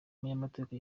umunyamategeko